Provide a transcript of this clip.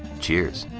cheers!